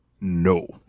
No